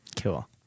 Cool